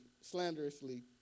slanderously